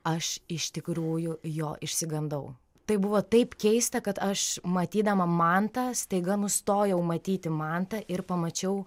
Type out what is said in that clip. aš iš tikrųjų jo išsigandau tai buvo taip keista kad aš matydama mantą staiga nustojau matyti mantą ir pamačiau